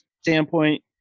standpoint